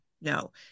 no